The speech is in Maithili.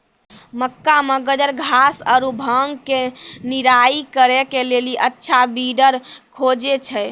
मक्का मे गाजरघास आरु भांग के निराई करे के लेली अच्छा वीडर खोजे छैय?